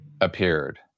appeared